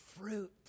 fruit